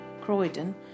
Croydon